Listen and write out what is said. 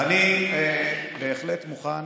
אני בהחלט מוכן